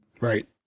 Right